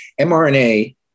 mRNA